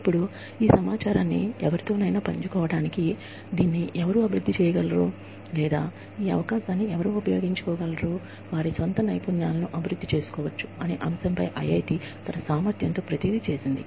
ఇప్పుడు ఈ సమాచారాన్ని ఎవరితోనైనా పంచుకోవటానికి దీన్ని ఎవరు అభివృద్ధి చేయగలరు లేదా ఈ అవకాశాన్ని ఎవరు ఉపయోగించుకోగలరు వారి స్వంత నైపుణ్యాలను అభివృద్ధి చేసుకోవచ్చు అనే అంశంపై ఐఐటి తన సామర్థ్యంతో ప్రతిదీ చేసింది